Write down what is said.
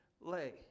lay